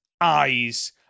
eyes